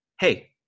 Hey